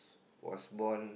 was born